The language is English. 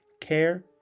care